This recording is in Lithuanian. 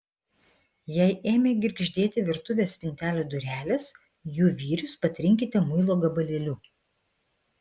jei ėmė girgždėti virtuvės spintelių durelės jų vyrius patrinkite muilo gabalėliu